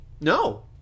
no